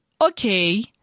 okay